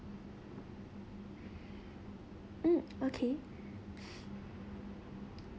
mm okay